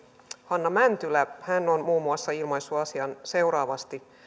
hanna mäntylä on muun muassa ilmaissut asian seuraavasti